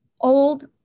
old